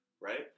Right